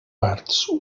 parts